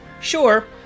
Sure